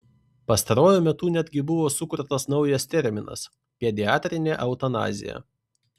pastaruoju metu netgi buvo sukurtas naujas terminas pediatrinė eutanazija